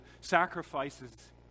sacrifices